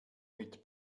mit